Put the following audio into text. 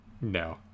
no